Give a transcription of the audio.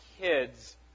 kids